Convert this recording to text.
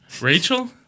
Rachel